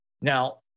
Now